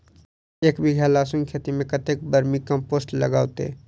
एक बीघा लहसून खेती मे कतेक बर्मी कम्पोस्ट लागतै?